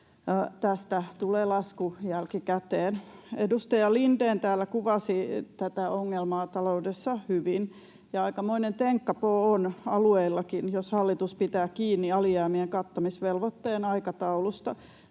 Tästä tulee lasku jälkikäteen. Edustaja Lindén täällä kuvasi tätä ongelmaa taloudessa hyvin, ja aikamoinen tenkkapoo on alueillakin, jos hallitus pitää kiinni alijäämien kattamisvelvoitteen aikataulusta.